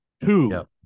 Two